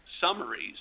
summaries